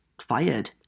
fired